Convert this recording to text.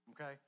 okay